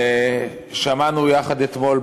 שמענו יחד אתמול,